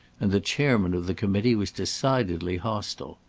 and the chairman of the committee was decidedly hostile.